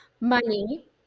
money